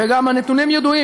וגם הנתונים ידועים.